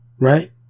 right